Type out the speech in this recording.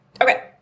Okay